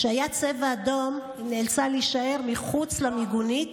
כשהיה צבע אדום היא נאלצה להישאר מחוץ למיגונית,